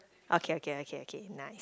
okay okay okay okay nice